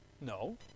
No